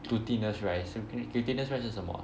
glutinous rice glu~ glutinuous rice 是什么